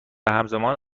همزمان